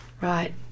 Right